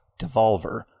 Devolver